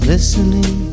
Listening